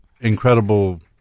incredible